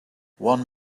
one